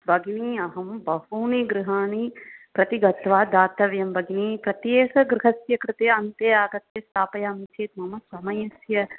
भगिनी अहं बहूनि गृहाणि प्रति गृहं गत्वा दातव्यं भगिनी प्रत्येकगृहस्य कृते अन्ते आगत्य स्थापयामि चेत् मम समयस्य